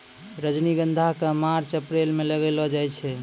रजनीगंधा क मार्च अप्रैल म लगैलो जाय छै